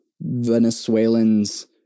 Venezuelans